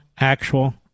actual